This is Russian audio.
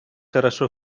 хорошо